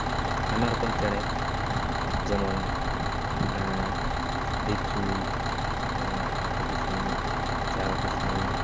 ᱟᱭᱢᱟ ᱨᱚᱠᱚᱢ ᱪᱮᱬᱮ ᱡᱮᱢᱚᱱ ᱰᱷᱤᱯᱪᱩᱭ ᱟᱛᱳ ᱠᱤᱥᱱᱤ ᱪᱮᱨᱚ ᱠᱤᱥᱱᱤ